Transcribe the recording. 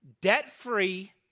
debt-free